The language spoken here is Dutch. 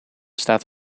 staat